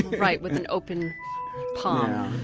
right, with an open palm.